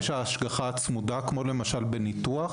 השגחה צמודה כמו בניתוח